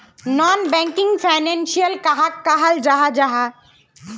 Non banking financial कहाक कहाल जाहा जाहा?